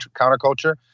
counterculture